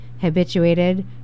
habituated